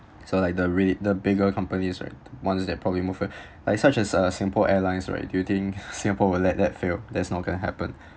so like the rea~ the bigger companies right ones that probably move eh Iike such as uh singapore airlines right do you think singapore will let that fail that's not going to happen